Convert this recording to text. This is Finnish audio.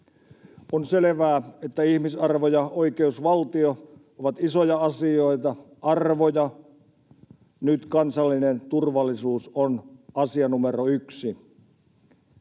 On selvää, että ihmisarvo ja oikeusvaltio ovat isoja asioita, arvoja. Nyt kansallinen turvallisuus on asia numero yksi.